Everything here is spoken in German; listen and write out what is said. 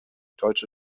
deutsche